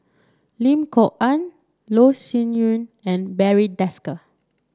Lim Kok Ann Loh Sin Yun and Barry Desker